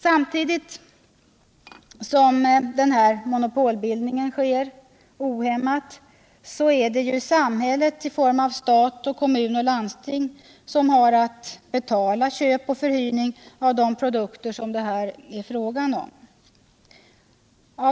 Samtidigt som den här monopolbildningen sker ohämmat är det samhället i form av stat, kommuner och landsting som har att betala köp och förhyrning av de produkter som det här är fråga om.